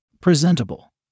presentable